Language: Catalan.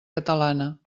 catalana